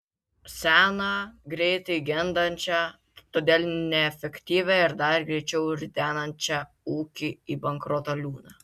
seną greitai gendančią todėl neefektyvią ir dar greičiau ridenančią ūkį į bankroto liūną